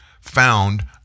found